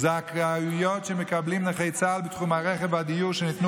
זכאויות שמקבלים נכי צה"ל בתחום הרכב והדיור שניתנו